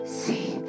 see